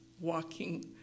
walking